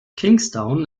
kingstown